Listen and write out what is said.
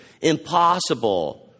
Impossible